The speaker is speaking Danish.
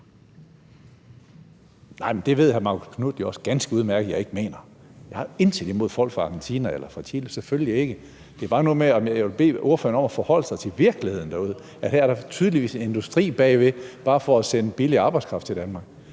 det ved hr. Marcus Knuth jo også ganske udmærket at jeg ikke mener. Jeg har intet imod folk fra Argentina eller fra Chile, selvfølgelig ikke. Det er bare noget med, at jeg vil bede ordføreren om at forholde sig til virkeligheden derude, at her er der tydeligvis en industri bagved, bare for at sende billig arbejdskraft til Danmark.